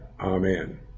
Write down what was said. Amen